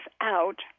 out